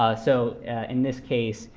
ah so in this case,